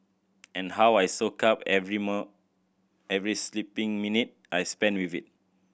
and how I soak up every every sleeping minute I spend with it